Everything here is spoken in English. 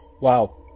Wow